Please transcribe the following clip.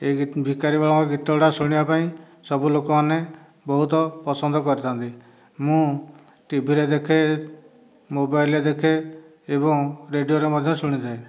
ଏହି ଭିକାରି ବଳ ଗୀତଗୁଡ଼ା ଶୁଣିବାପାଇଁ ସବୁ ଲୋକମାନେ ବହୁତ ପସନ୍ଦ କରିଥାଆନ୍ତି ମୁଁ ଟିଭିରେ ଦେଖେ ମୋବାଇଲରେ ଦେଖେ ଏବଂ ରେଡ଼ିଓରେ ମଧ୍ୟ ଶୁଣିଥାଏ